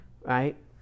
right